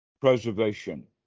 Preservation